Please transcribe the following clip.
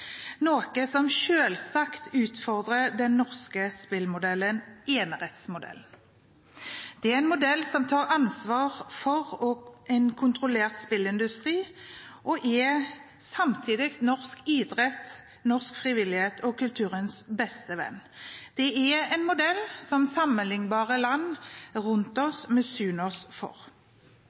noe som selvsagt utfordrer den norske spillmodellen, enerettsmodellen. Det er en modell som tar ansvar for en kontrollert spillindustri og er samtidig norsk idretts, norsk frivillighets og kulturens beste venn. Det er en modell som sammenlignbare land rundt oss misunner oss.